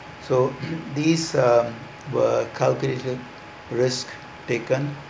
so these um were calculated risk taken